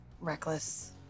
reckless